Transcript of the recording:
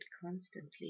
constantly